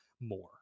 more